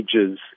ages